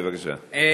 בבקשה.